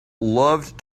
loved